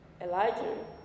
Elijah